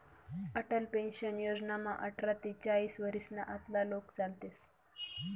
Atal pension योजनामा आठरा ते चाईस वरीसना आतला लोके चालतस